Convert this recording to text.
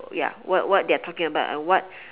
ya what what they are talking about and what